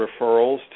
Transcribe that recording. referrals